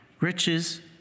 riches